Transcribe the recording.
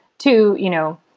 too, you know,